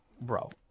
Bro